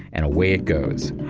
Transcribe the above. and away it goes.